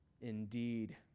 indeed